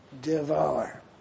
Devour